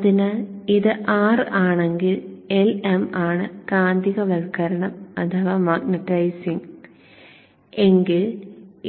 അതിനാൽ ഇത് R ആണെങ്കിൽ Lm ആണ് കാന്തികവൽക്കരണം എങ്കിൽ